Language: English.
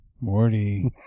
Morty